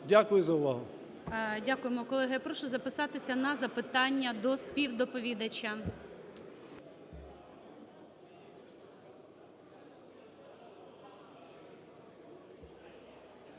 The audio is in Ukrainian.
Дякую за увагу. ГОЛОВУЮЧИЙ. Дякуємо, колеги. Я прошу записатися на запитання до співдоповідача.